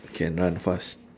can run fast